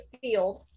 field